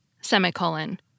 semicolon